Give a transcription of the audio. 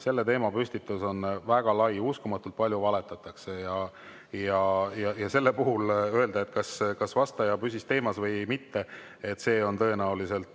selle teema püstitus on väga lai – uskumatult palju valetatakse. Selle puhul öelda, kas vastaja püsis teemas või mitte, on tõenäoliselt